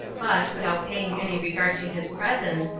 but, without paying any regard to his presence,